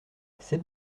c’est